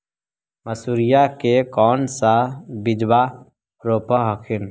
मसुरिया के कौन सा बिजबा रोप हखिन?